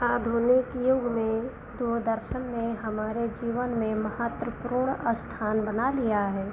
आधुनिक युग में दूरदर्शन ने हमारे जीवन में महत्वपूर्ण स्थान बना लिया है